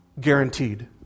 Guaranteed